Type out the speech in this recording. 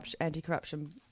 anti-corruption